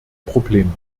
problem